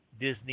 Disney